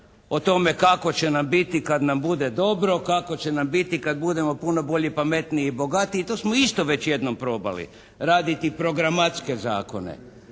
o tome kako će nam biti kad nam bude dobro. Kako će nam biti kad budemo puno bolji, pametniji i bogatiji. I to smo isto već jednom probali raditi programatske zakone.